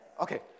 Okay